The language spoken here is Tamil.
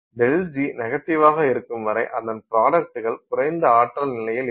ΔG நெகட்டிவாக இருக்கும் வரை அதன் ப்ராடக்டுகள் குறைந்த ஆற்றல் நிலையில் இருக்கும்